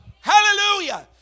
Hallelujah